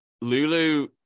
Lulu